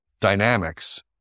dynamics